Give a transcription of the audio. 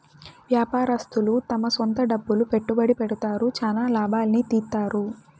వ్యాపారస్తులు తమ సొంత డబ్బులు పెట్టుబడి పెడతారు, చానా లాభాల్ని తీత్తారు